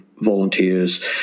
volunteers